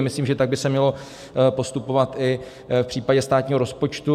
Myslím, že tak by se mělo postupovat i v případě státního rozpočtu.